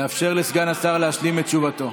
לאפשר לסגן השר להשלים את תשובתו.